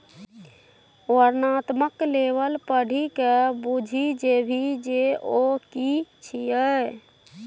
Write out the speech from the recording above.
वर्णनात्मक लेबल पढ़िकए बुझि जेबही जे ओ कि छियै?